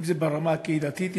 אם זה ברמה הקהילתית,